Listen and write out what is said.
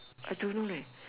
I don't know leh